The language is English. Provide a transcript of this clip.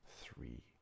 three